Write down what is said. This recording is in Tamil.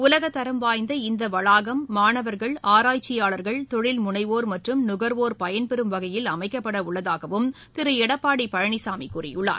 உலகத்தரம் வாய்ந்த இந்த வளாகம் மாணவர்கள் ஆராய்ச்சியாளர்கள் தொழில் முனைவோர் மற்றும் நுகர்வோர் பயன்பெறும் வகையில் அமைக்கப்பட உள்ளதாகவும் திரு எடப்பாடி பழனிசாமி கூறியுள்ளார்